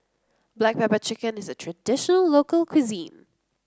Black Pepper Chicken is a traditional local cuisine